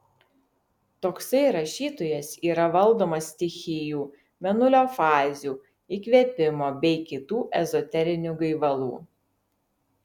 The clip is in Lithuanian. toksai rašytojas yra valdomas stichijų mėnulio fazių įkvėpimo bei kitų ezoterinių gaivalų